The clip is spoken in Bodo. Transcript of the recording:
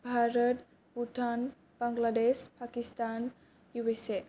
Bharat Bhutan Bangladesh Pakistan U S A